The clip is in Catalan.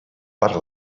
per